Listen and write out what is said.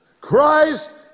Christ